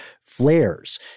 flares